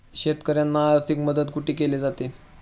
शेतकऱ्यांना आर्थिक मदत कुठे केली जाते?